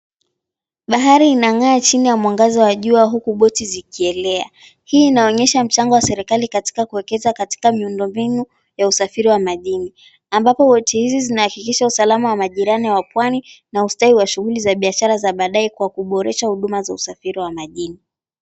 Bahari inang'aa chini ya mwangaza wa jua huku boti zikielea. Hii inaonyesha mchango wa serikali katika kuekeza katika miondombinu ya usafiri wa majini ambapo boti hizi zinahakikisha usalama wa majirani wa pwani na ustawi wa shughuli za biashara za baadae kwa kuboresha huduma za usafiri wa majini.